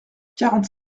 quarante